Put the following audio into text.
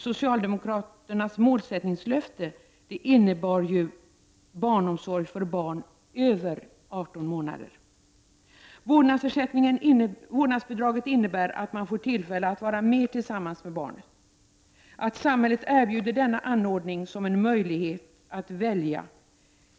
Socialdemokraternas målsättningslöfte innebar ju barnomsorg för barn över 18 månader. Vårdnadsbidraget innebär att man får större tillfällen att vara tillsammans med barnet, att samhället erbjuder denna anordning som en valmöjlighet.